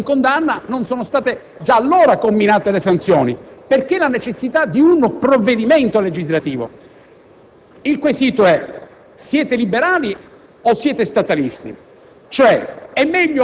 se c'era un documento di condanna, non sono state già allora comminate le sanzioni? Perché la necessità di un provvedimento legislativo? Il quesito è: siete liberali o siete statalisti?